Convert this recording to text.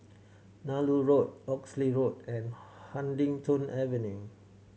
Nallur Road Oxley Road and Huddington Avenue